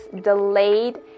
delayed